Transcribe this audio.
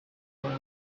float